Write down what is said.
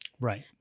Right